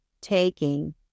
taking